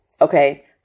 Okay